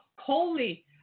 holy